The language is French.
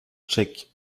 tchèque